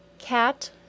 Cat